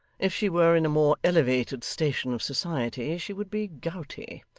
if she were in a more elevated station of society, she would be gouty.